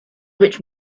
which